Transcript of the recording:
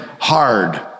hard